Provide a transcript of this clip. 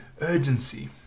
urgency